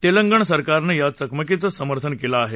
तेलंगण सरकारनं या चकमकीचं समर्थन केलं आहे